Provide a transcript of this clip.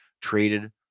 Traded